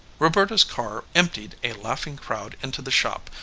roberta's car emptied a laughing crowd into the shop,